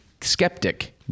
skeptic